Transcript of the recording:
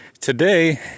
today